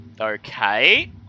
okay